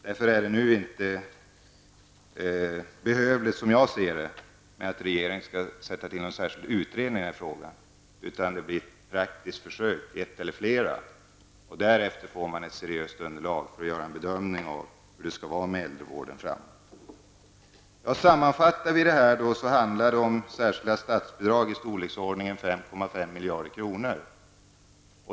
Som jag ser det är det därför inte nu nödvändigt att regeringen tillsätter en särskild utredning i denna fråga. Det blir ett eller flera praktiska försök, och därefter får man ett seriöst underlag för hur det skall vara med äldrevården framöver. Sammanfattningsvis handlar det om särskilda statsbidrag i storleksordningen 5,5 miljarder kronor.